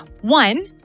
One